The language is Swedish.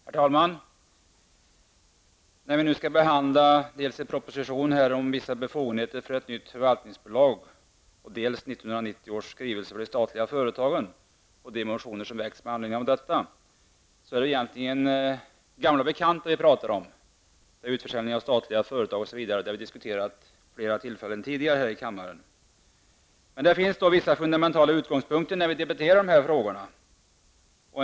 Herr talman! Det är egentligen gamla bekanta frågor vi diskuterar när vi nu har att behandla dels en proposition om vissa befogenheter för ett nytt förvaltningsbolag, dels 1990 års skrivelse för de statliga företagen och de motioner som väckts i anledning härav. Detta har vi diskuterat vid flera tillfällen tidigare i kammaren. Det finns då vissa fundamentala utgångspunkter när vi debatterar dessa frågor.